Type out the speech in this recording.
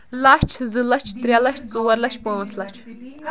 لَچھ زٕ لَچھ ترٛےٚ لَچھ ژور لَچھ پٲنٛژھ لَچھ